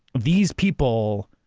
these people,